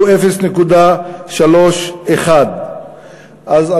הוא 0.31. אז,